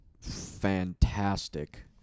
fantastic